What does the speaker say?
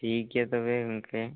ᱴᱷᱤᱠ ᱜᱮᱭᱟ ᱛᱚᱵᱮ ᱜᱚᱢᱠᱮ